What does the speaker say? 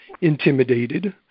intimidated